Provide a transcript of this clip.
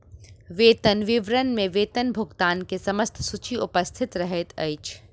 वेतन विवरण में वेतन भुगतान के समस्त सूचि उपस्थित रहैत अछि